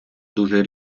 дуже